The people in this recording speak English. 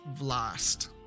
vlast